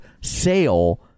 sale